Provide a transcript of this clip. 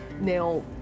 Now